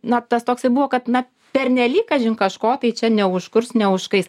na tas toksai buvo kad na pernelyg kažin kažko tai čia neužkurs neužkais